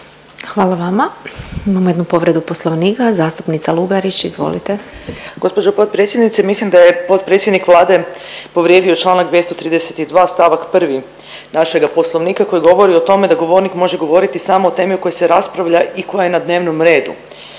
Hvala vama. Imamo jednu povredu poslovnika zastupnica Lugarić. Izvolite. **Lugarić, Marija (SDP)** Gospođo potpredsjednice, mislim da je potpredsjednik Vlade povrijedio čl. 232. st. 1. našega poslovnika koji govori o tome da govornik može govoriti samo o temi o kojoj se raspravlja i koja je na dnevnom redu.